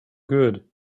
good